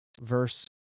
verse